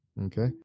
Okay